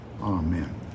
Amen